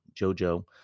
Jojo